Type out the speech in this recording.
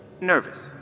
Nervous